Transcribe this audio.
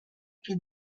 più